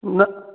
ନା